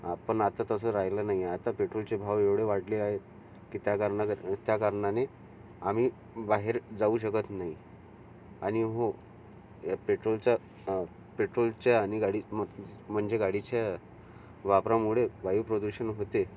पण आता तसं राहिलं नाही आहे आता पेट्रोलचे भाव एवढे वाढले आहेत की त्या कारणाला त्या कारणानी आम्ही बाहेर जाऊ शकत नाहीे आणि हो पेट्रोलचा पेट्रोलच्या आणि गाडी म म्हणजे गाडीच्या वापरामुळे वायू प्रदूषण होते